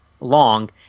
long